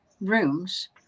rooms